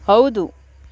ಹೌದು